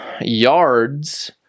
Yards